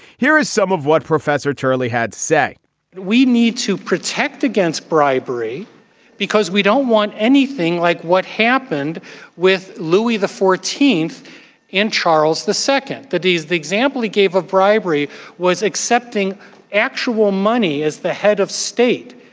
here is some of what professor turley had say we need to protect against bribery because we don't want anything like what happened with louis the fourteenth in charles the second. that is the example he gave of bribery was accepting actual money as the head of state.